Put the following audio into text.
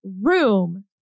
room